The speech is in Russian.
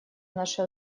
наше